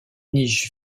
niche